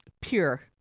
pure